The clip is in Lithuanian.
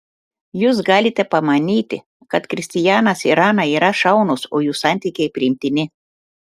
jūs galite pamanyti kad kristijanas ir ana yra šaunūs o jų santykiai priimtini